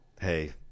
hey